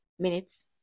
Minutes